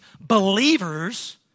believers